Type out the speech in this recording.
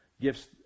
gifts